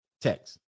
text